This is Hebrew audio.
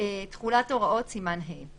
תחולת הוראות סימן ה' .